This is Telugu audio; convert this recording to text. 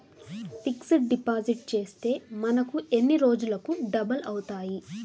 ఫిక్సడ్ డిపాజిట్ చేస్తే మనకు ఎన్ని రోజులకు డబల్ అవుతాయి?